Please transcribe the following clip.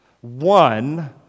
one